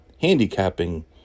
handicapping